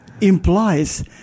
implies